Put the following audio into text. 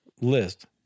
list